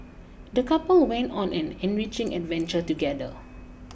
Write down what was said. the couple went on an enriching adventure together